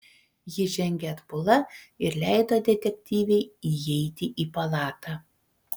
ji žengė atbula ir leido detektyvei įeiti į palatą